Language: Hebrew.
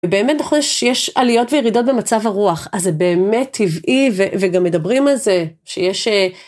באמת נכון שיש עליות וירידות במצב הרוח, אז זה באמת טבעי, ו... וגם מדברים על זה, שיש...